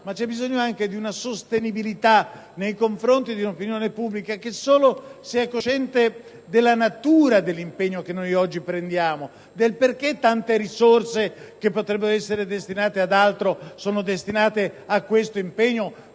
c'è bisogno anche di una sostenibilità nei confronti di un'opinione pubblica che sia cosciente della natura dell'impegno che oggi prendiamo, del motivo per cui tante risorse che potrebbero essere attribuite ad altro sono destinate a questo impegno